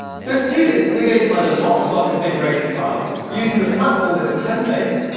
to to do this we're going to add a lock to our configuration file using the platform as a template.